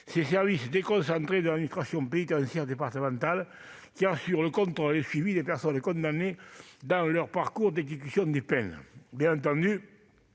ces services déconcentrés de l'administration pénitentiaire départementale qui assurent le contrôle et le suivi des personnes condamnées dans leur parcours d'exécution des peines.